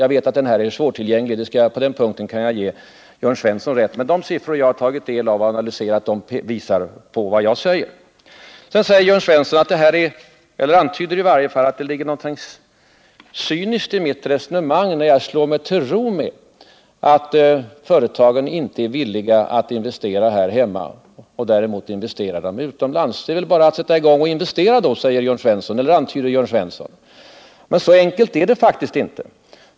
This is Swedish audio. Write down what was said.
Jag vet att den här statistiken är svårtillgänglig — på den punkten skall jag ge Jörn Svensson rätt — men de siffror som jag har tagit del av och analyserat bekräftar vad jag säger. Sedan antydde Jörn Svensson att det ligger någonting cyniskt i mitt resonemang och att jag slår mig till ro med att företagen inte är villiga att investera här hemma utan hellre investerar utomlands. Det är väl bara att sätta i gång och investera då, antyder Jörn Svensson. Men så enkelt är det faktiskt inte.